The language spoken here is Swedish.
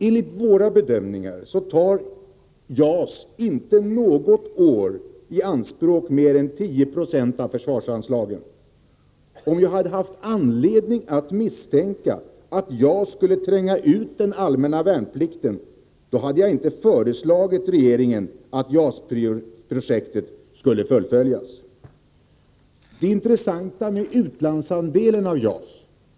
Enligt våra bedömningar tar JAS inte något år i anspråk mer än 10 96 av försvarsanslagen. Om vi hade haft anledning att misstänka att JAS skulle tränga ut den allmänna värnplikten, hade jag inte föreslagit regeringen att JAS-projektet skulle fullföljas.